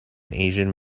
asian